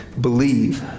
believe